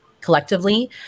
collectively